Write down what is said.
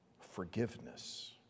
Forgiveness